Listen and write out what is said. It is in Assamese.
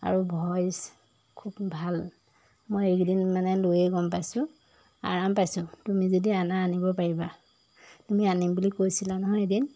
আৰু ভইচ খুব ভাল মই এইকেইদিন মানে লৈয়ে গম পাইছোঁ আৰাম পাইছোঁ তুমি যদি আনা আনিব পাৰিবা তুমি আনিম বুলি কৈছিলা নহয় এদিন